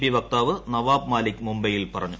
P വക്താവ് ട്രനവാബ് മാലിക് മുംബൈയിൽ പറഞ്ഞു